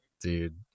Dude